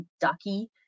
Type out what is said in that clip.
Ducky